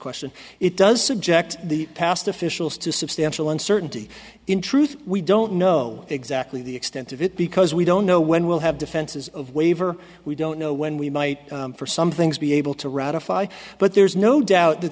question it does subject the past officials to substantial uncertainty in truth we don't know exactly the extent of it because we don't know when we'll have defenses of waiver we don't know when we might for some things be able to ratify but there's no doubt that